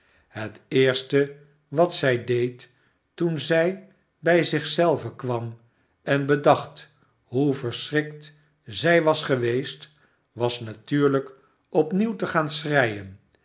het eerste wat zij deed toen zij bij zich zelve kwam en bedacht hoe verschrikt zij was geweest was natuurlijk opnieuw te gaan schreien